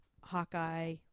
Hawkeye